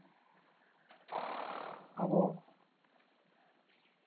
ᱟᱵᱚ